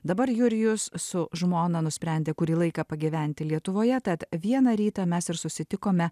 dabar jurijus su žmona nusprendė kurį laiką pagyventi lietuvoje tad vieną rytą mes ir susitikome